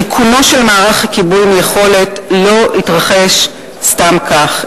ריקונו של מערך הכיבוי מיכולת לא התרחש סתם כך.